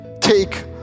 Take